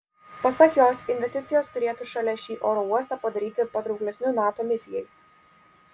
pasak jos investicijos turėtų šalia šį oro uostą padaryti patrauklesniu nato misijai